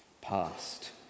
Past